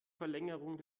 verlängerung